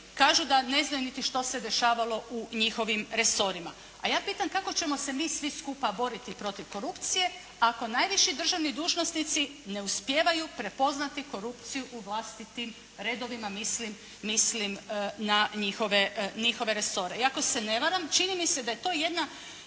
kažu da ne znaju niti što se dešavalo u njihovim resorima. A ja pitam kako ćemo se mi svi skupa boriti protiv korupcije ako najviši državni dužnosnici ne uspijevaju prepoznati korupciju u vlastitim redovima. Mislim na njihove resore. I ako se ne varam čini mi se da je to jedna